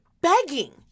Begging